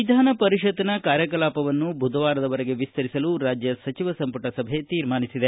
ವಿಧಾನಪರಿಷತ್ತಿನ ಕಾರ್ಯಕಲಾಪವನ್ನು ಬುಧವಾರದವರೆಗೆ ವಿಸ್ತರಿಸಲು ರಾಜ್ಯ ಸಚಿವ ಸಂಪುಟ ಸಭೆ ತೀರ್ಮಾನಿಸಿದೆ